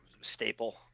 staple